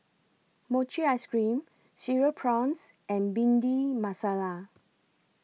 Mochi Ice Cream Cereal Prawns and Bhindi Masala